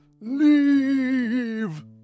Leave